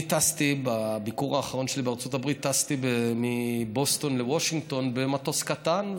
אני טסתי בביקור האחרון שלי בארצות הברית מבוסטון לוושינגטון במטוס קטן.